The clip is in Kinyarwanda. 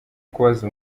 kubaza